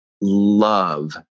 love